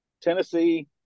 Tennessee